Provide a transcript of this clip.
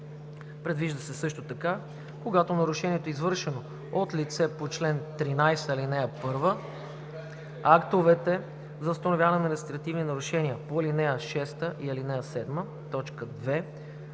Предвижда се също така, когато нарушението е извършено от лице по чл. 13, ал. 1, актовете за установяване на административни нарушения по ал. 6 и ал.